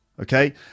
Okay